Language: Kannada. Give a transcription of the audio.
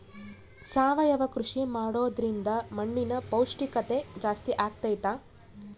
ಸಾವಯವ ಕೃಷಿ ಮಾಡೋದ್ರಿಂದ ಮಣ್ಣಿನ ಪೌಷ್ಠಿಕತೆ ಜಾಸ್ತಿ ಆಗ್ತೈತಾ?